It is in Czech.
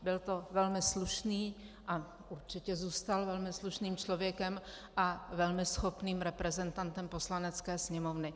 Byl to velmi slušný a určitě zůstal velmi slušným člověkem a velmi schopným reprezentantem Poslanecké sněmovny.